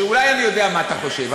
שאולי אני יודע מה אתה חושב,